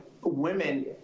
women